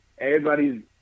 everybody's